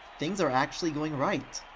things are actually going right.